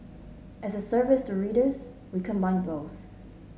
as a service to readers we combine both